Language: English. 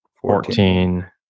fourteen